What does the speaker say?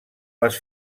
les